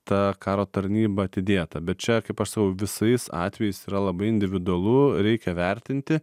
ta karo tarnyba atidėta bet čia kaip aš sakau visais atvejais yra labai individualu reikia vertinti